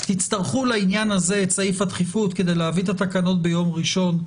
יצטרכו לעניין הזה את סעיף הדחיפות כדי להביא את התקנות ביום ראשון,